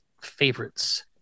favorites